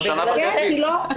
עוברת שנה וחצי, כאילו לא היה נוהל.